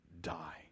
die